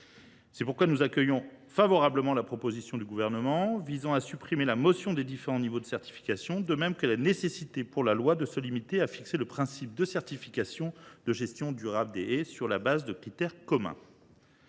C’est pourquoi nous accueillons favorablement la proposition du Gouvernement visant à supprimer la mention des différents niveaux de certification. Selon nous, la loi devrait bel et bien se borner à fixer le principe de certifications de gestion durable des haies sur la base de critères communs.